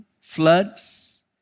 floods